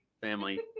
family